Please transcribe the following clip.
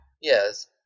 yes